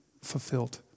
fulfilled